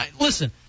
listen